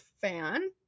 fan